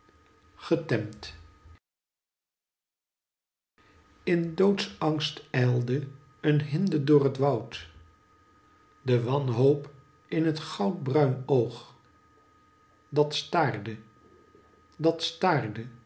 getemd in doodsangst ijlde een hinde door het woud de wanhoop in het goudbruin oog dat staarde